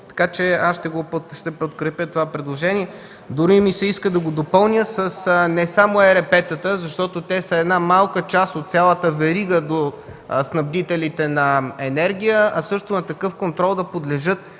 регулиране. Ще подкрепя това предложение дори ми се иска да го допълня не само с ЕРП-тата, защото те са малка част от цялата верига до снабдителите на енергия, а също на такъв контрол да подлежат